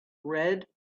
red